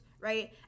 right